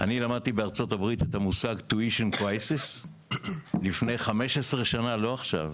אני למדתי בארצות-הברית את המושג tuition crisis לפני 15 שנה ולא עכשיו,